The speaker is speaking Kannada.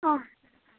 ಹಾಂ